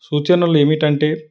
సూచనలు ఏంటంటే